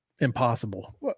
impossible